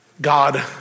God